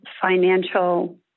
financial